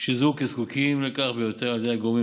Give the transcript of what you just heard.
שזוהו כזקוקים לכך ביותר על ידי הגורמים